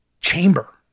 chamber